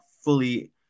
fully